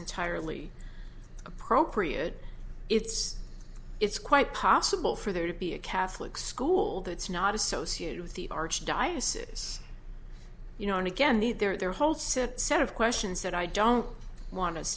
entirely appropriate it's it's quite possible for there to be a catholic school that's not associated with the archdiocese you know and again need their whole set set of questions that i don't want us